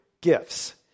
gifts